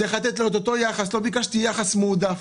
צריך לתת לו את אותו היחס, לא ביקשתי יחס מועדף.